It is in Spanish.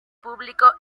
público